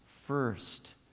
first